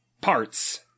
parts